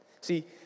See